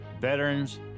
veterans